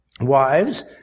Wives